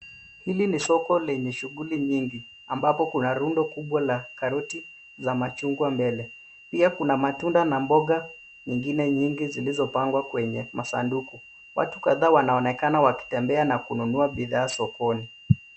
Hili ni soko lenye shughuli nyingi ambapo kuna rundo kubwa la karoti za machungwa mbele. Pia kuna matunda na mboga nyingine nyingi zilizopangwa kwenye masanduku. Watu kadhaa wanaonekana wakitembea na kununua bidhaa sokoni.